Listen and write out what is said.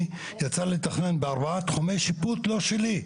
אני יצא לי לתכנן בארבעה תחומי שיפוט לא שלי.